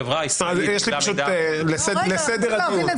חברה ישראלית קיבלה מידע -- יש לי פשוט לסדר הדיון,